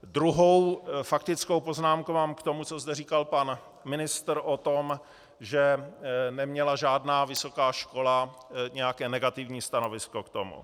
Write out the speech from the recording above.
Druhou faktickou poznámku mám k tomu, co zde říkal pan ministr o tom, že neměla žádná vysoká škola nějaké negativní stanovisko k tomu.